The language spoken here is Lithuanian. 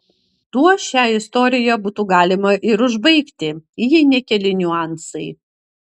tuo šią istoriją būtų galima ir užbaigti jei ne keli niuansai